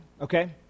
okay